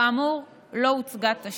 כאמור, לא הוצגה תשתית.